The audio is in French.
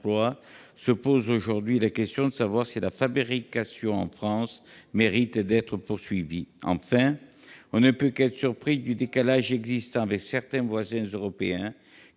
se posent aujourd'hui la question de savoir si la fabrication en France mérite d'être poursuivie. Enfin, on ne peut qu'être surpris du décalage existant entre certains voisins européens,